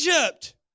Egypt